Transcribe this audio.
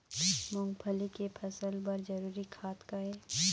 मूंगफली के फसल बर जरूरी खाद का ये?